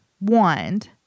wand